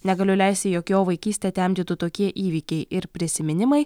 negaliu leisti jog jo vaikystę temdytų tokie įvykiai ir prisiminimai